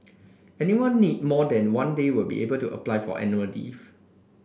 anyone need more than one day will be able to apply for annual leave